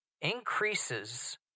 increases